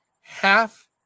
half